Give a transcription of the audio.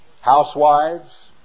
housewives